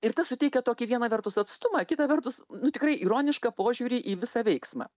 ir tas suteikia tokį viena vertus atstumą kita vertus nu tikrai ironišką požiūrį į visą veiksmą